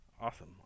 Awesome